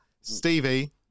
Stevie